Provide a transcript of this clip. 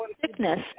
sickness